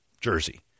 jersey